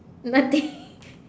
nothing